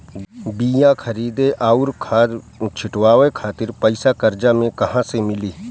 बीया खरीदे आउर खाद छिटवावे खातिर पईसा कर्जा मे कहाँसे मिली?